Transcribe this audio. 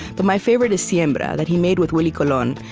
but my favorite is siembra that he made with willie colon.